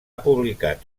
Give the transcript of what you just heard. publicat